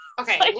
Okay